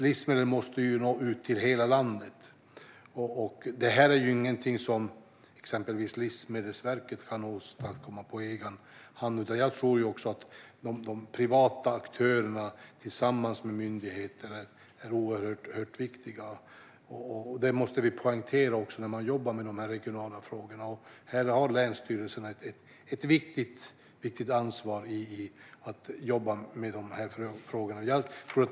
Livsmedel måste nå ut till hela landet. Det här är inget som Livsmedelsverket kan åstadkomma på egen hand. Jag tror också att privata aktörer tillsammans med myndigheter är oerhört viktiga. Det måste vi poängtera när vi jobbar med dessa regionala frågor. Här har länsstyrelserna ett viktigt ansvar att jobba med dessa frågor.